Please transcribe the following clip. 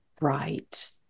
Right